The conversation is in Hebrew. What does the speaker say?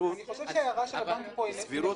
ההערה של הבנקים פה היא נכונה.